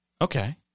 okay